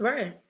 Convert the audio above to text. Right